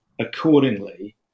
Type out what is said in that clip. accordingly